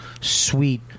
sweet